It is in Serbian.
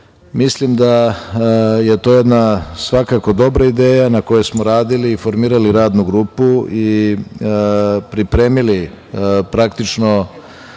mislim da je to jedna dobra ideja na kojoj smo radili i formirali Radnu grupu i pripremili Predlog